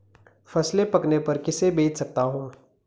फसल पकने पर किसे बेच सकता हूँ?